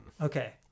Okay